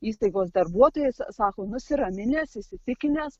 įstaigos darbuotojais sako nusiraminęs įsitikinęs